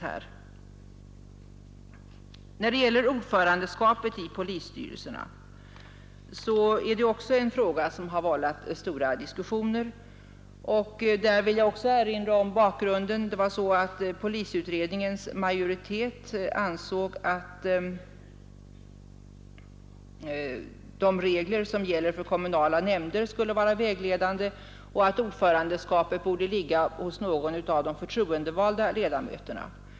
Frågan om ordförandeskapet i polisstyrelserna har också vållat stora diskussioner. Där vill jag erinra om bakgrunden. Polisutredningens majoritet ansåg att de regler som gäller för kommunala nämnder skulle vara vägledande och att ordförandeskapet borde ligga hos någon av de förtroendevalda ledamöterna.